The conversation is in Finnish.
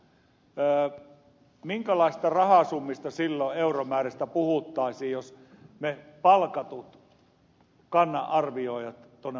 minkälaisista euromääräisistä rahasummista silloin puhuttaisiin jos me palkatut kannanarvioijat tuonne maastoihin laittaisimme